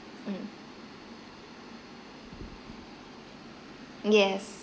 um yes